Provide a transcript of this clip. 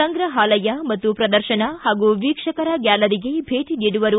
ಸಂಗ್ರಹಾಲಯ ಮತ್ತು ಪ್ರದರ್ಶನ ಹಾಗೂ ವೀಕ್ಷಕರ ಗ್ಯಾಲರಿಗೆ ಭೇಟಿ ನೀಡುವರು